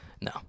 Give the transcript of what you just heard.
no